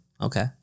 Okay